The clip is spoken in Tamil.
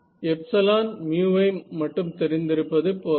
ε μ ஐ மட்டும் தெரிந்திருப்பது போதாது